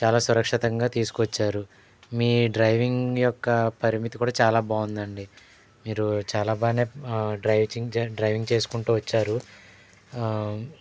చాలా సురక్షితంగా తీసుకు వచ్చారు మీ డ్రైవింగ్ యొక్క పరిమితి కూడా చాలా బాగుందండి మీరు చాలా బాగానే డ్రైవింగ్ డ్రైవింగ్ చేసుకుంటూ వచ్చారు